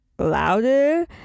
louder